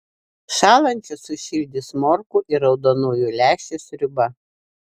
šąlančius sušildys morkų ir raudonųjų lęšių sriuba